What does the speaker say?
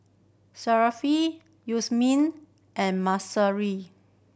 Syafiq Yasmin and Mahsuri